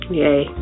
yay